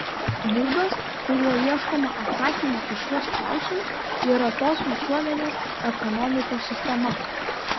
būdas kuriuo ieškoma atsakymo į šiuos klausimus yra tos visuomenės ekonomikos sistema